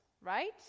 right